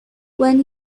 went